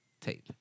tape